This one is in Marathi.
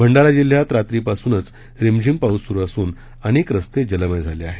भंडारा जिल्ह्यात रात्रीपासूनच रिमझिम पाऊस सुरू असून अनेक रस्ते जलमय झाले आहेत